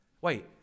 Wait